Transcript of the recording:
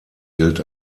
gilt